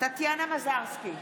טטיאנה מזרסקי,